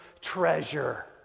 treasure